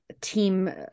team